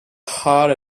heart